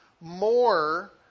more